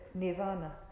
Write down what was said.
nirvana